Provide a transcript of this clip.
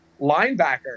linebacker